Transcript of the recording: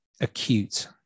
acute